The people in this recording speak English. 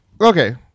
Okay